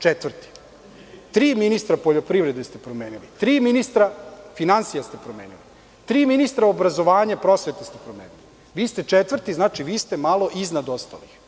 Četvrti, tri ministra poljoprivrede ste promenili, tri ministra finansija ste promenili, tri ministra obrazovanja i prosvete ste promenili, vi ste četvrti, znači, vi ste malo iznad ostalih.